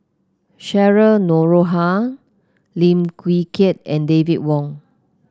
Cheryl Noronha Lim Wee Kiak and David Wong